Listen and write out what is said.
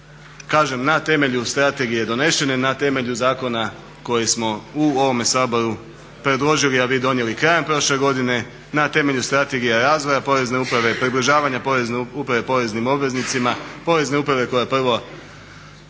Kažem na temelju strategije donesene na temelju zakona koji smo u ovome Saboru predložili a vi donijeli krajem prošle godine, na temelju strategije razvoja porezne uprave, približavanja porezne uprave poreznim obveznicima, porezna uprave koja prvo